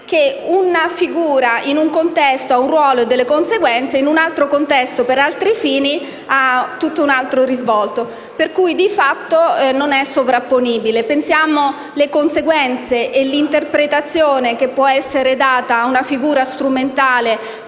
che una figura in un contesto ha un ruolo e produce delle conseguenze, mentre in un altro contesto e per altri fini ha tutt'altro risvolto, per cui di fatto non sono figure sovrapponibili. Pensiamo alle conseguenze e all'interpretazione che può essere data a una figura strumentale